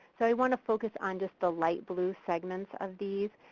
so i want to focus on just the light blue segments of these.